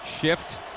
Shift